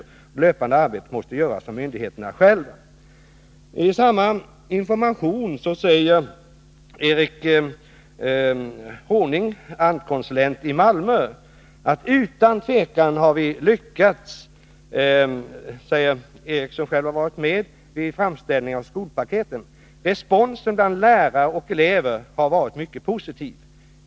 Det löpande arbetet måste göras av myndigheterna själva.” I samma information återfinns uttalanden av Eric Horning, ANT konsulent i Malmö: ”Utan tvekan har vi lyckats, säger Eric som själv har varit med vid framställningen av skolpaketen. Responsen bland lärare och elever har varit mycket positiv.